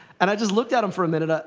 and i just looked at him for a minute. ah